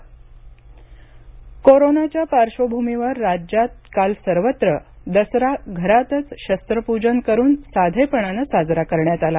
दुसरा कोरोनाच्या पार्श्वभूमीवर राज्यात काल सर्वत्र दसरा घरातच शस्त्रपूजन करून साधेपणानं साजरा करण्यात आला